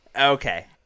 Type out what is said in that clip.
Okay